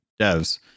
devs